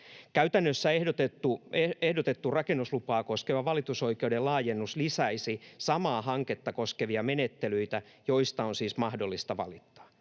”Käytännössä ehdotettu rakennuslupaa koskeva valitusoikeuden laajennus lisäisi samaa hanketta koskevia menettelyitä, joista on siis mahdollista valittaa.